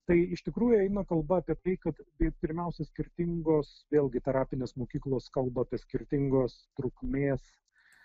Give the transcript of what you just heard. tai iš tikrųjų eina kalba apie tai kad pirmiausia skirtingos vėlgi parapinės mokyklos kalba apie skirtingos trukmės